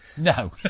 No